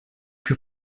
più